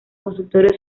consultorio